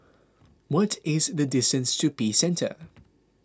what is the distance to Peace Centre